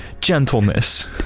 gentleness